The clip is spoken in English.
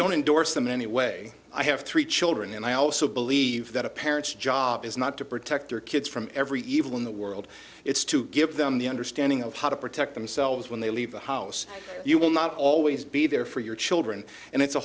don't endorse them anyway i have three children and i also believe that a parent's job is not to protect their kids from every evil in the world it's to give them the understanding of how to protect themselves when they leave the house you will not always be there for your children and it's a